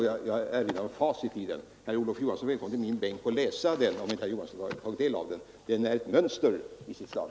Jag erinrar om facit i den. Herr Olof Johansson är välkommen till min bänk för att läsa den utredningen, om han inte har tagit del av den. Den är ett mönster i sitt slag.